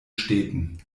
städten